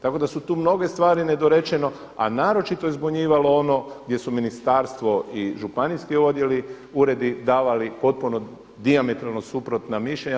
Tako da su tu mnoge stvari nedorečeno a naročito je zbunjivalo ono gdje su ministarstvo i županijski odjeli, uredi davali potpuno dijametralno suprotna mišljenja.